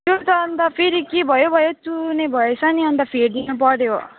त्यो त अन्त फेरि के भयो भयो चुहुने भएछ नि अन्त फेरिदिनु पऱ्यो